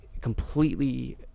completely